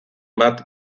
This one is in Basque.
bat